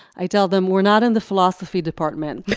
i tell them we're not in the philosophy department.